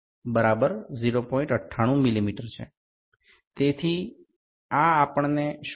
সুতরাং এটি আমাদের কী করে